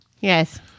Yes